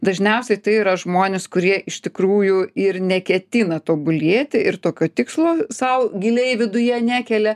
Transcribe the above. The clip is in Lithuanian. dažniausiai tai yra žmonės kurie iš tikrųjų ir neketina tobulėti ir tokio tikslo sau giliai viduje nekelia